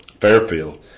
Fairfield